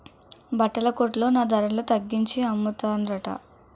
బట్టల కొట్లో నా ధరల తగ్గించి అమ్మతన్రట